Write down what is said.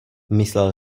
myslel